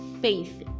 faith